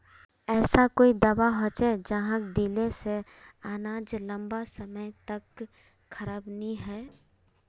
ऐसा कोई दाबा होचे जहाक दिले से अनाज लंबा समय तक खराब नी है?